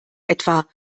etwa